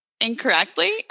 incorrectly